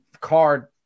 card